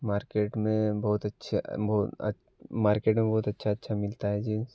market में बहुत अच्छे मार्केट में बहुत अच्छा अच्छा मिलता है जींस